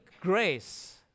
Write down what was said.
grace